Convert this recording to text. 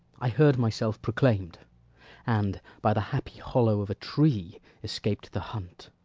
i heard myself proclaim'd and by the happy hollow of a tree escap'd the hunt.